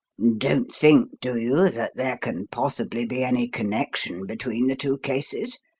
don't think, do you, that there can possibly be any connection between the two cases?